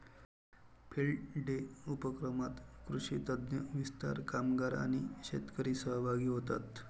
field day उपक्रमात कृषी तज्ञ, विस्तार कामगार आणि शेतकरी सहभागी होतात